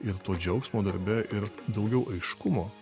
ir to džiaugsmo darbe ir daugiau aiškumo